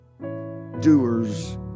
doers